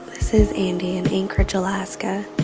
this is andi in anchorage, alaska.